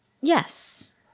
Yes